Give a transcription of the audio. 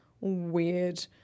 weird